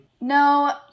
No